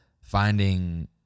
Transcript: finding